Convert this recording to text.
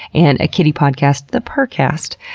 and a kitty podcast, the purrrcast.